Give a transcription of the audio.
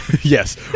Yes